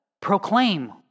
proclaim